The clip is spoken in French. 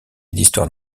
d’histoire